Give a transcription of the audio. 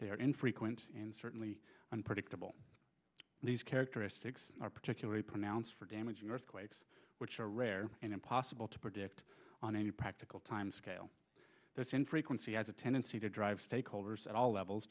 are infrequent and certainly unpredictable these characteristics are particular pronounce for damaging earthquakes which are rare and impossible to predict on any practical time scale this in frequency has a tendency to drive stakeholders at all levels